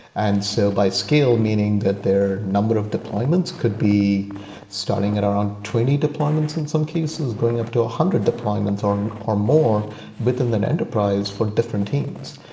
and so by scale, meaning that their number of deployments could be starting at around twenty deployments in some cases, going up to one hundred deployments or or more within an enterprise for different teams.